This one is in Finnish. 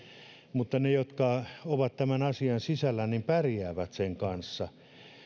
ne jotka ovat tämän asian sisällä pärjäävät sen kanssa